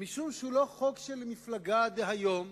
משום שהוא לא חוק של מפלגה דהיום,